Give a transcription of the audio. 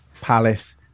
Palace